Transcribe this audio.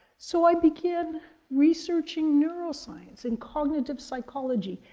so i begin researching neuroscience and cognitive psychology,